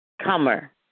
comer